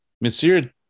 Monsieur